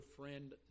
friend